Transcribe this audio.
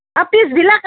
অঁ পিছবিলাক